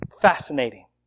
fascinating